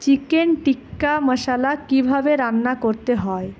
chicken tikka masala কিভাবে রান্না করতে হয়